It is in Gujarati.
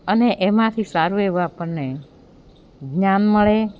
અને એમાંથી સારું એવું આપણને જ્ઞાન મળે